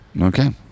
Okay